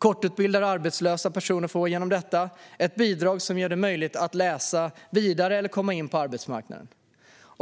Kortutbildade och arbetslösa personer får genom detta ett bidrag som gör det möjligt att läsa vidare eller komma in på arbetsmarknaden.